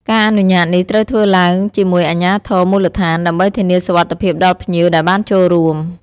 ការអនុញ្ញាតនេះត្រូវធ្វើឡើងជាមួយអាជ្ញាធរមូលដ្ឋាន ដើម្បីធានាសុវត្ថិភាពដល់ភ្ញៀវដែលបានចូលរួម។